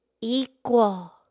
equal